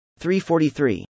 343